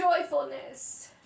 joyfulness